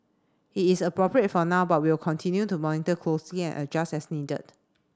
it is appropriate for now but we will continue to monitor closely and adjust as needed